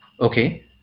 okay